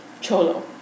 cholo